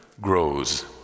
grows